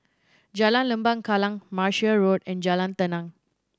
Jalan Lembah Kallang Martia Road and Jalan Tenang